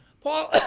Paul